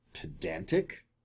pedantic